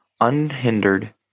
unhindered